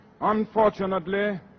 unfortunately